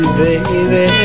baby